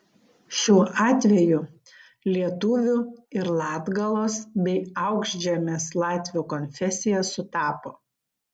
šiuo atveju lietuvių ir latgalos bei aukšžemės latvių konfesija sutapo